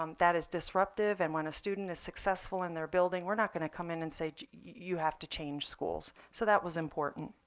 um that is disruptive. and when a student is successful in their building, we're not going to come in and say, you have to change schools. so that was important.